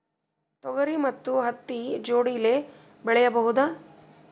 ತೊಗರಿ ಮತ್ತು ಹತ್ತಿ ಜೋಡಿಲೇ ಬೆಳೆಯಬಹುದಾ?